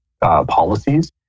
policies